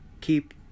keep